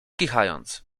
kichając